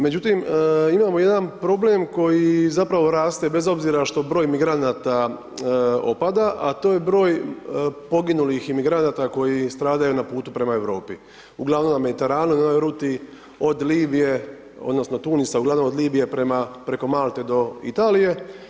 Međutim imamo jedan problem koji zapravo raste bez obzira što broj migranata opada a to je broj poginulih imigranata koji stradaju na putu prema Europi, uglavnom na Mediteranu i onoj ruti od Libije, odnosno Tunisa, uglavnom od Libije preko Malte do Italije.